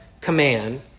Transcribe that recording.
command